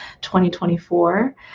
2024